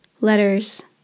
letters